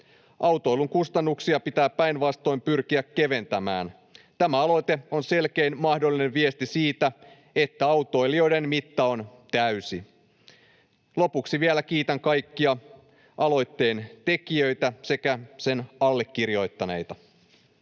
Autoilun kustannuksia pitää päinvastoin pyrkiä keventämään. Tämä aloite on selkein mahdollinen viesti siitä, että autoilijoiden mitta on täysi. Lopuksi vielä kiitän kaikkia aloitteen tekijöitä sekä allekirjoittaneita.